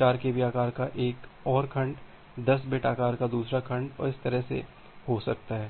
4 KB आकार का एक और खंड 10 बिट आकार का दूसरा खंड और इस तरह से हो सकता है